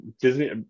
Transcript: disney